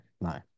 No